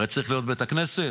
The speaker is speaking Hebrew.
הרי צריך להיות בית כנסת,